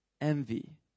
envy